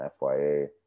FYA